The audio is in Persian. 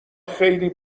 خیلی